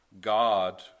God